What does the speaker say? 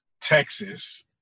Texas